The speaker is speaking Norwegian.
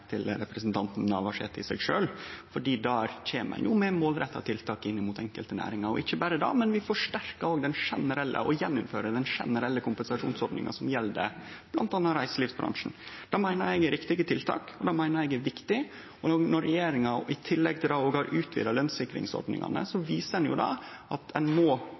representanten Navarsete. Der kjem ein no med målretta tiltak for enkelte næringar. Og ikkje berre det – vi forsterkar òg og gjennomfører den generelle kompensasjonsordninga som gjeld bl.a. reiselivsbransjen. Det meiner eg er riktige tiltak, og det meiner eg viktig. Når regjeringa i tillegg til det har utvida lønssikringsordningane, viser det at ein må treffe med tiltak som er tilpassa den situasjonen vi står i. Når vi har hatt den andre virusbølgja, har ein